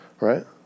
Right